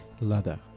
ladder